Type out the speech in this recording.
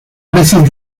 meses